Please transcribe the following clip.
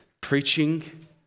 preaching